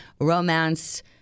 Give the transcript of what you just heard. romance